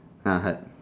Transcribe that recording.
ah hut